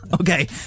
Okay